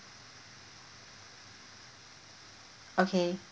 okay